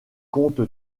comte